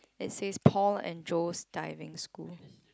let's say Paul and Joe Diving School